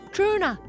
Truna